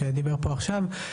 שדיבר פה עכשיו,